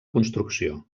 construcció